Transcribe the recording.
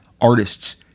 artists